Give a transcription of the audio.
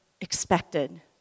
expected